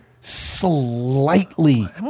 slightly